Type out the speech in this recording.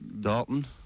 Dalton